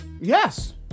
Yes